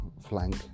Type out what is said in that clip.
flank